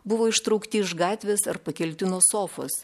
buvo ištraukti iš gatvės ar pakelti nuo sofos